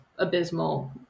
abysmal